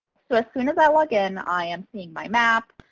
so as soon as i log in i am seeing my map.